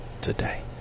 today